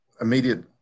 immediate